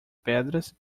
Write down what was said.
pedras